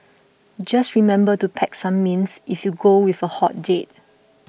just remember to pack some mints if you go with a hot date